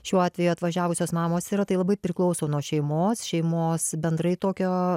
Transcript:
šiuo atveju atvažiavusios mamos yra tai labai priklauso nuo šeimos šeimos bendrai tokio